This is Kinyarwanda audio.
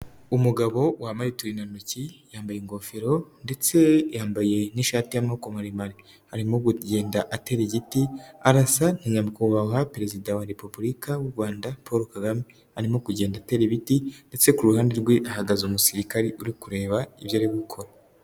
Umugabo wambaye uturindantoki, yambaye ingofero, ndetse yambaye n'ishati y'amaboko maremare. Arimo kugenda atera igiti, arasa nka Nyakubahwa Perezida wa Repubulika y'u Rwanda Paul Kagame. Arimo kugenda atera ibiti ndetse ku ruhande rwe ahagaze umusirikare uri kureba ibyo ari gukora.